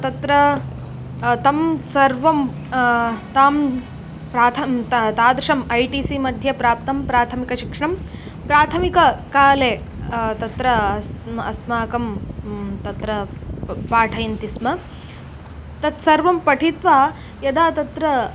तत्र तं सर्वं तां प्रथमं ता तादृशम् ऐ टि सि मध्ये प्राप्तं प्राथमिकशिक्षणं प्राथमिककाले तत्र अस् अस्माकं तत्र पाठयन्ति स्म तत् सर्वं पठित्वा यदा तत्र